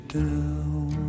down